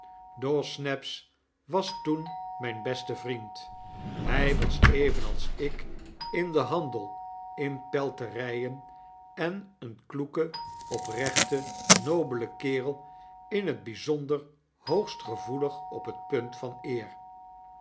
dawsnaps was toen myn beste vriend hy was evenals ik in den handel in pelteryen en een kloeke oprechte nobele kerel in het byzonder hoogst gevoelig op het punt van eer